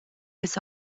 bis